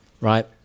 right